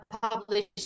published